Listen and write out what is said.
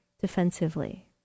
defensively